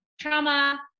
trauma